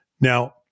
Now